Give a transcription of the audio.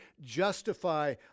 justify